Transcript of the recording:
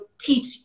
teach